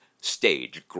stage